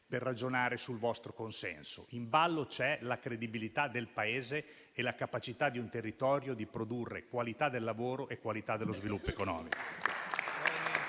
per ragionare sul consenso. In ballo c'è la credibilità del Paese e la capacità di un territorio di produrre qualità del lavoro e sviluppo economico.